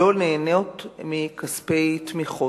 לא נהנות מכספי תמיכות,